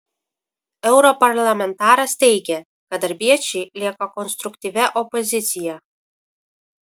europarlamentaras teigė kad darbiečiai lieka konstruktyvia opozicija